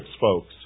folks